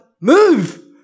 move